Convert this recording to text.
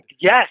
yes